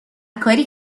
کاری